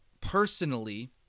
personally